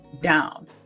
down